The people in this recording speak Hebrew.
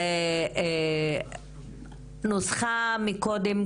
זה נוסחה מקודם,